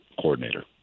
coordinator